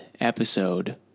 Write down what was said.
episode